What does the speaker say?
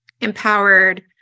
empowered